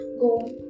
go